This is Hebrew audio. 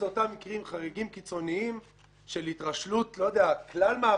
אלו אותם מקרים חריגים קיצוניים של התרשלות כלל מערכתית,